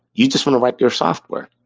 you just want to write your software,